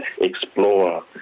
explore